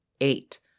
eight